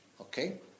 okay